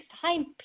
time